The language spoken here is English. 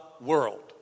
World